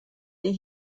die